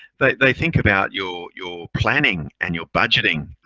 but they think about your your planning and your budgeting.